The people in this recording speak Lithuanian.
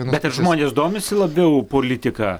bet ar žmonės domisi labiau politika